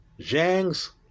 Zhang's